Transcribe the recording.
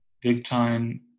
big-time